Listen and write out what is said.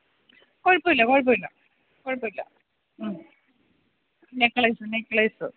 കുഴപ്പമില്ല കുഴപ്പമില്ല കുഴപ്പമില്ല നെക്ലൈസ് നെക്ലൈസ്